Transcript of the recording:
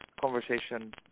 conversation